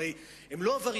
הרי הם לא עבריינים.